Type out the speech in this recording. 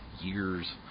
years